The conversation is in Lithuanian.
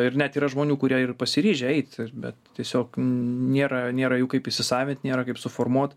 ir net yra žmonių kurie pasiryžę eiti bet tiesiog nėra nėra jų kaip įsisavint nėra kaip suformuot